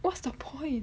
what's the point